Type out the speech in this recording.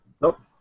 Nope